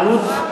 העלות,